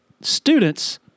students